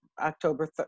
October